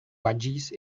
budgies